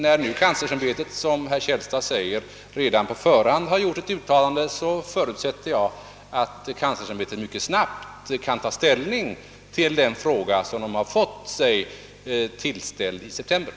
När detta, som herr Källstad säger, redan på förhand har gjort ett uttalande, förutsätter jag att det mycket snabbt kan ta ställning till den fråga som det fått sig tillställd i september.